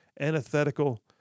antithetical